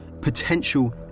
potential